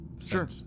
Sure